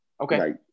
Okay